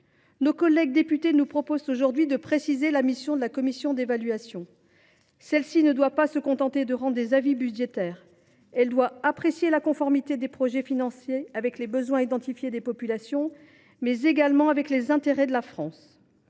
Nos collègues députés nous proposent aujourd’hui de préciser la mission de la commission d’évaluation. Celle ci ne devra pas se contenter de rendre des avis budgétaires, mais aussi apprécier la conformité des projets financés aux besoins identifiés des populations, ainsi qu’aux intérêts de la France,